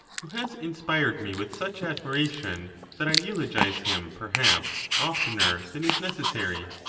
who has inspired me with such admiration that i eulogise him perhaps oftener than is necessary.